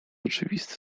oczywisty